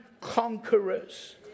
conquerors